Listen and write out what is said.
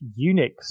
Unix